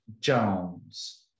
Jones